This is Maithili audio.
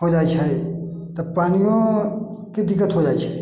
हो जाइ छै त पानिओ के दिक्कत हो जाइ छै